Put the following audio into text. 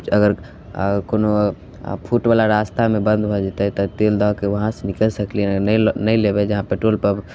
अगर कोनो फुटवला रास्तामे बन्द भऽ जेतै तेल तऽ दैके वहाँसे निकलि सकलै हँ नहि नहि ले नहि लेबै जहाँ पेट्रोल पम्प